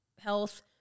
health